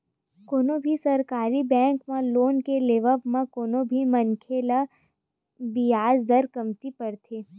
कोनो भी सरकारी बेंक म लोन के लेवब म कोनो भी मनखे ल बियाज दर कमती परथे